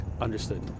understood